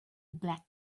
black